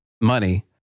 money